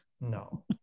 no